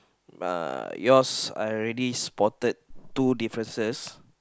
uh yours I already spotted two differences